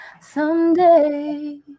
someday